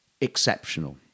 exceptional